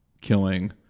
killing